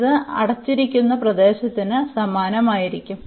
ഇത് അടച്ചിരിക്കുന്ന പ്രദേശത്തിന് സമാനമായിരിക്കും